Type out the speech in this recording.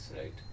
right